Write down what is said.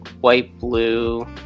white-blue